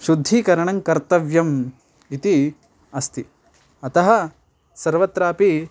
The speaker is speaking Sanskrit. शुद्धीकरणं कर्तव्यम् इति अस्ति अतः सर्वत्रापि